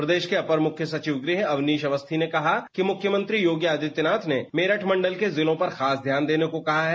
प्रदेश के अपर मुख्य सचिव गृह अवनीश अवस्थी ने कहा कि मुख्यमंत्री योगी आदित्यनाथ ने मेरठ मंडल के जिलों पर खास ध्यान देने को कहा है